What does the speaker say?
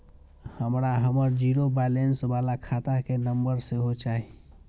हमरा हमर zero balance बाला खाता के नम्बर सेहो चाही